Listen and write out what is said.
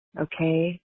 okay